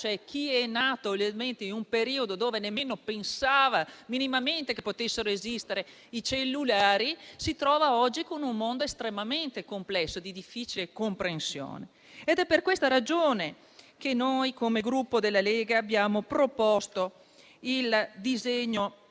per chi è nato in un periodo in cui non si pensava minimamente che potessero esistere i cellulari), si trova oggi in un mondo estremamente complesso e di difficile comprensione. È per questa ragione che noi, come Gruppo Lega, abbiamo proposto il disegno